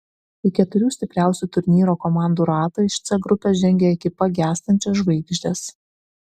į keturių stipriausių turnyro komandų ratą iš c grupės žengė ekipa gęstančios žvaigždės